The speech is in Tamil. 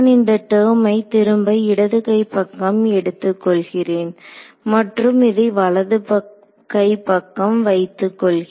நான் இந்த டெர்ம்மை திரும்ப இடது கைப்பக்கம் எடுத்துக்கொள்கிறேன் மற்றும் இதை வலது கைப்பக்கம் வைத்துக் கொள்கிறேன்